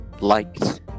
liked